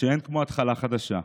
שאין כמו התחלה חדשה,